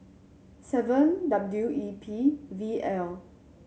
seven W E P V L